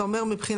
אתה אומר מבחינת